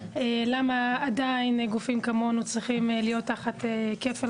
למה עדיין גופים כמונו צריכים להיות תחת כפל